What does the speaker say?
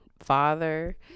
father